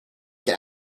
get